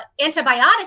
antibiotic